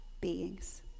beings